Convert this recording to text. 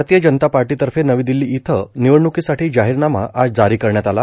भारतीय जनता पार्टीतर्फे नवी दिल्ली इथं निवडणुकीसाठी जाहीरनामा आज जारी करण्यात आला